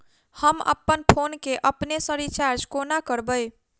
हम अप्पन फोन केँ अपने सँ रिचार्ज कोना करबै?